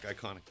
Iconic